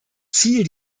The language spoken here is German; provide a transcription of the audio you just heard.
ziel